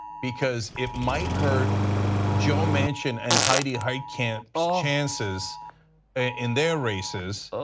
because it might hurt joe manchin and heidi heitkamp's chances in their races.